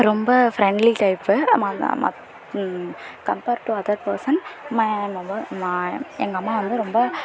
ரொம்ப friendly type அம்மா compare to other person மா எங்கள் அம்மா மா எங்கள் அம்மா வந்து ரொம்ப